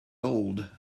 old